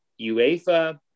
UEFA